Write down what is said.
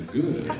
good